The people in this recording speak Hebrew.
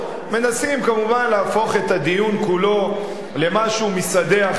מנסים כמובן להפוך את הדיון כולו למשהו משדה אחר,